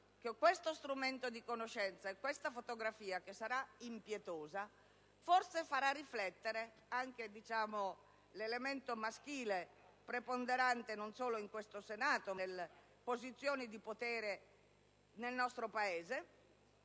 che questo strumento di conoscenza, e questa fotografia, che sarà impietosa, forse faranno riflettere anche l'elemento maschile, preponderante, non solo al Senato, ma nelle posizioni di potere nel nostro Paese.